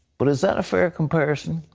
but is that a fair comparison?